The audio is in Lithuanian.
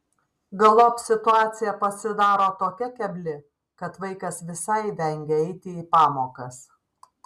galop situacija pasidaro tokia kebli kad vaikas visai vengia eiti į pamokas